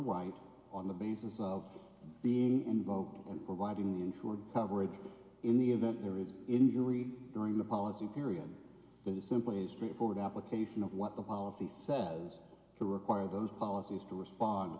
white on the basis of being involved in providing insurance coverage in the event there is injury during the policy period it is simply a straightforward application of what the policy says to require those policies to respond